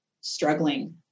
struggling